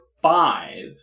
five